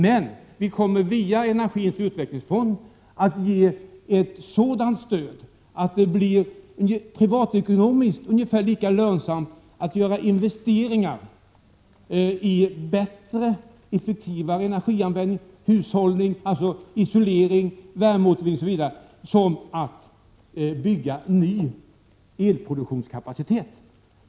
Men vi kommer via energins utvecklingsfond att ge ett sådant stöd att det blir privatekonomiskt ungefär lika lönsamt att göra investeringar i bättre och effektivare energianvändning och hushållning, dvs. isolering, värmeåtervinning, osv. som att bygga ny elproduktionskapacitet.